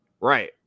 Right